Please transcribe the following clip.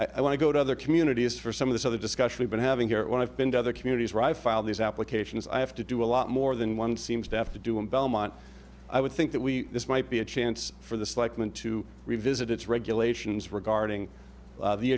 have i want to go to other communities for some of the other discussion we've been having here when i've been to other communities where i file these applications i have to do a lot more than one seems to have to do in belmont i would think that we this might be a chance for this like mint to revisit its regulations regarding the